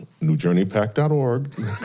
newjourneypack.org